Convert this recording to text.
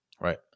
Right